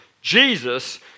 Jesus